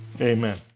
Amen